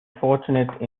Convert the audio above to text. fortunate